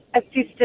assistance